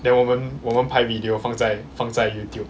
then 我们我们拍 video 放在放在 Youtube